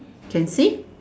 can see